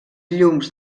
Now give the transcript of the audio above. llums